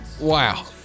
wow